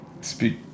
speak